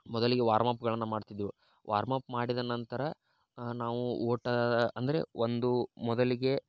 ಮೊದಲಿಗೆ ವಾರ್ಮಪ್ಗಳನ್ನು ಮಾಡ್ತಿದ್ವು ವಾರ್ಮ್ ಅಪ್ ಮಾಡಿದ ನಂತರ ನಾವು ಓಟ ಅಂದರೆ ಒಂದು ಮೊದಲಿಗೆ